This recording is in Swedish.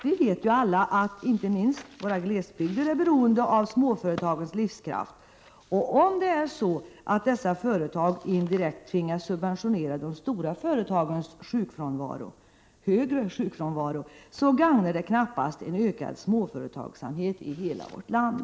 Vi vet ju alla att inte minst våra glesbygder är beroende av småföretagens livskraft, och om dessa företag indirekt tvingas subventionera de stora företagens högre sjukfrånvaro gagnar det knappast en ökad småföretagsamhet i hela vårt land.